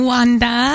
Wanda